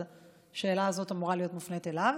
השאלה הזאת אמורה להיות מופנית אליו.